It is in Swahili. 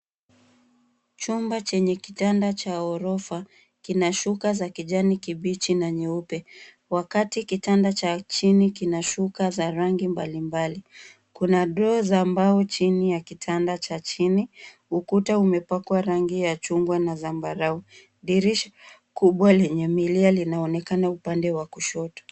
Chumba chenye kitanda cha ghorofa kina shuka za kijani kibichi na nyeupe, wakati kitanda cha chini kina shuka za rangi mbalimbali. Kuna draw(cs) za mbao chini ya kitanda cha chini. Ukuta umepakwa rangi ya chungwa na zambarau. Dirisha kubwa lenye milia linaonekana upande wa kushoto.